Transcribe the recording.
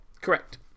Correct